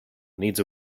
needs